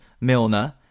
Milner